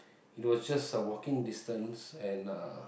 it was just a walking distance and